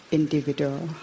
individual